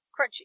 Crunchy